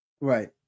Right